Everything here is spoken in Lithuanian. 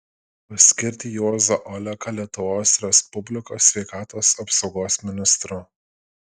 paskirti juozą oleką lietuvos respublikos sveikatos apsaugos ministru